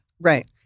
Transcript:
Right